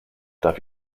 darf